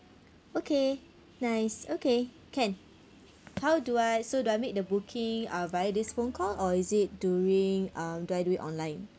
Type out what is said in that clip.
okay nice okay can how do I so do I make the booking uh via this phone call or is it during uh do I do it online